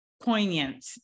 poignant